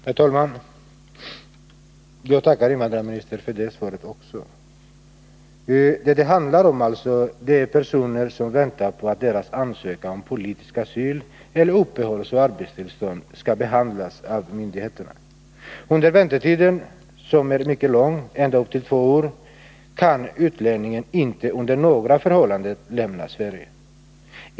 Herr talman! Jag tackar invandrarministern också för detta svar. Vad det handlar om är personer som väntar på att deras ansökan om politisk asyl eller om uppehållsoch arbetstillstånd skall behandlas av myndigheterna. Under väntetiden, som är mycket lång — ända upp till två år — kan utlänningen inte under några förhållanden lämna Sverige.